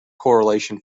correlation